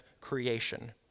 creation